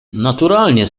naturalnie